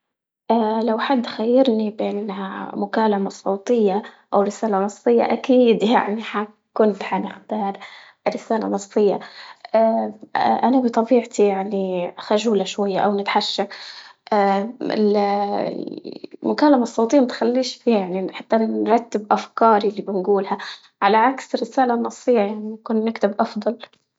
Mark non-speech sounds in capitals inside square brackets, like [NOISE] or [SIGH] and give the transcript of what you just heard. [HESITATION] لو حد خيرني بين مكالمة صوتية أو رسالة نصية أكيد يعني كنت حنختار رسالة نصية، [HESITATION] أنا بطبيعتي يعني خجولة شوية أو نتحاشى [HESITATION] ال- [HESITATION] المكالمة الصوتية بتخليش يعني حتى نرتب أفكاري ونقولها، على عكس الرسالة النصية يعني ممكن نكتب أفضل.